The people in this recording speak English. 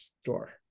store